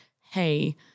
hey